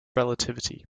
relativity